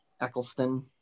Eccleston